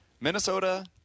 Minnesota